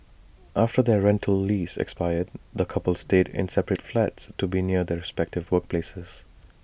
after their rental lease expired the coupled stayed in separate flats to be near their respective workplaces